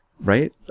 Right